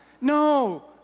No